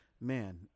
man